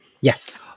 yes